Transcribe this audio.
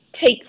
take